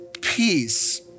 peace